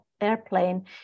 airplane